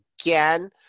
again